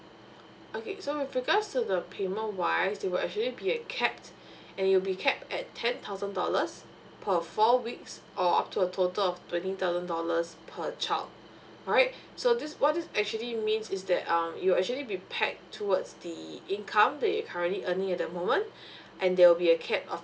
okay so with regards to the payment wise you will actually be a cap and you be cap at ten thousand dollars per four weeks or up to a total of twenty thousand dollars per child alright so this what this is actually means is that um you'll actually be pegged towards the income that you're currently earning at the moment and they will be a cap of